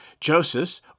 Joseph